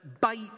bite